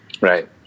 Right